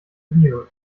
renewal